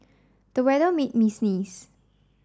the weather made me sneeze